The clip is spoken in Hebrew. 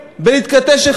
על זה אני בדיוק מדבר,